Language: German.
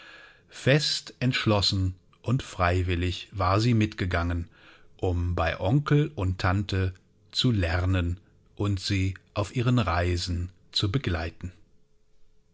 fest entschlossen und freiwillig war sie mitgegangen um bei onkel und tante zu lernen und sie auf ihren reisen zu begleiten